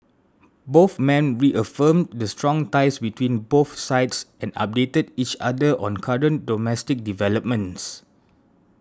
both men reaffirmed the strong ties between both sides and updated each other on current domestic developments